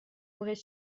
aurait